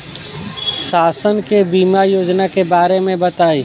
शासन के बीमा योजना के बारे में बताईं?